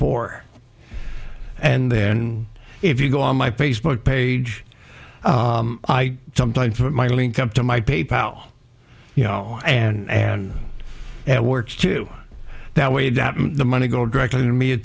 four and then if you go on my facebook page i sometimes put my link up to my pay pal you know and it works too that way that the money go directly to me it